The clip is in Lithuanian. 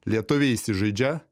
lietuviai įsižaidžia